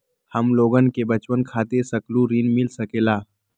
हमलोगन के बचवन खातीर सकलू ऋण मिल सकेला?